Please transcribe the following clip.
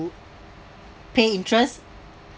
pay interest